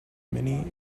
many